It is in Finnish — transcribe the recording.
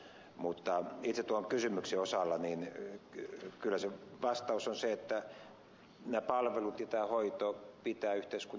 mutta itse tuon kysymyksen osalta vastaus on se että nämä palvelut ja tämä hoito pitää yhteiskunnan järjestää